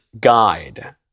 guide